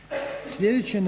Hvala.